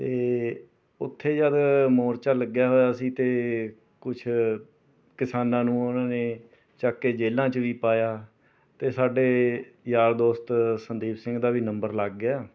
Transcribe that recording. ਅਤੇ ਉੱਥੇ ਜਦ ਮੋਰਚਾ ਲੱਗਿਆ ਹੋਇਆ ਸੀ ਅਤੇ ਕੁਛ ਕਿਸਾਨਾਂ ਨੂੰ ਉਨ੍ਹਾਂ ਨੇ ਚੱਕ ਕੇ ਜੇਲ੍ਹਾਂ 'ਚ ਵੀ ਪਾਇਆ ਅਤੇ ਸਾਡੇ ਯਾਰ ਦੋਸਤ ਸੰਦੀਪ ਸਿੰਘ ਦਾ ਵੀ ਨੰਬਰ ਲੱਗ ਗਿਆ